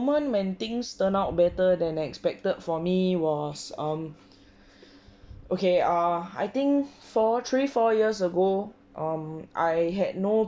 moment when things turn out better than expected for me was um okay uh I think for three four years ago um I had no